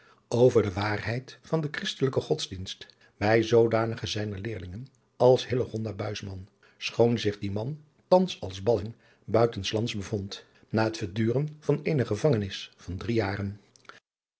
over de waarheid van den christelijken godsdienst bij zoodanige zijner leerlingen als hillegonda buisman schoon zich die man thans als balling buiten s lands bevond na het verduren van eene gevangenis van drie jaren